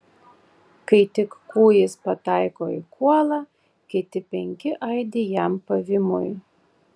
kai tik kūjis pataiko į kuolą kiti penki aidi jam pavymui